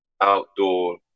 outdoor